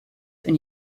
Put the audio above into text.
and